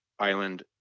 island